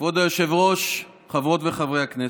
כבוד היושב-ראש, חברות וחברי הכנסת,